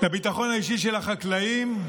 לביטחון האישי של החקלאים,